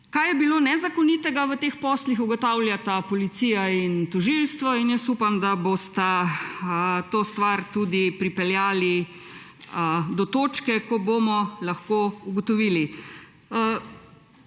Kaj je bilo nezakonitega v teh poslih, ugotavljata policija in tožilstvo, in jaz upam, da bosta to stvar pripeljala do točke, ko bomo to lahko ugotovili.